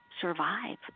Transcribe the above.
survive